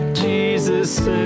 jesus